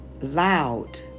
loud